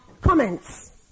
comments